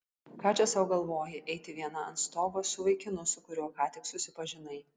ką čia sau galvoji eiti viena ant stogo su vaikinu su kuriuo ką tik susipažinai